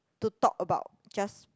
to talk about just